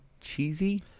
cheesy